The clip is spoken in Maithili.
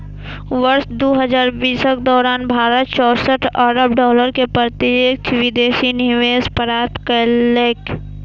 वर्ष दू हजार बीसक दौरान भारत चौंसठ अरब डॉलर के प्रत्यक्ष विदेशी निवेश प्राप्त केलकै